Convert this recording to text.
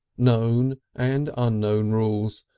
known and unknown rules,